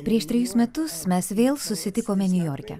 prieš trejus metus mes vėl susitikome niujorke